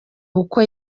uko